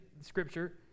scripture